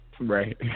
right